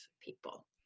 people